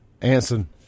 Anson